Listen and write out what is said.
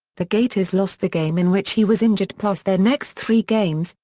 the gators lost the game in which he was injured plus their next three games,